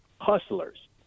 hustlers